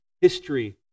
History